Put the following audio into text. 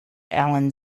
allan